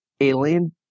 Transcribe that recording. alien